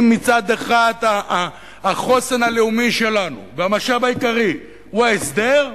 אם מצד אחד החוסן הלאומי שלנו והמשאב העיקרי הוא ההסדר המדיני,